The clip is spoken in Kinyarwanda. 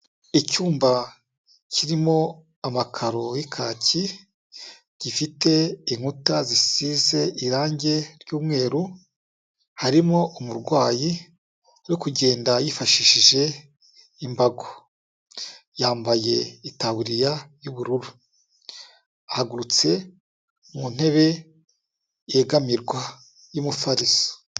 Icyumba kirimo amakaro y'ikaki, gifite inkuta zisize irange ry'umweru, harimo umurwayi uri kugenda yifashishije imbago, yambaye itaburiya y'ubururu, ahagurutse mu ntebe yegamirwa y'umufariso.